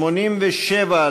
87,